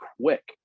quick